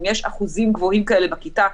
אם יש אחוזים גבוהים כאלה בכיתה,